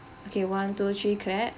okay one two three clap